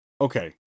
Okay